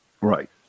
Right